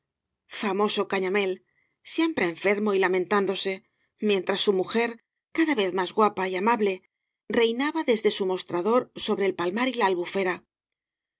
famoso cañamél siempre enfermo y lamentándose mientras su mujer cada vez más guapa y amable reinaba desde su mostrador soanas y barro bre iodo el palmar y la albufera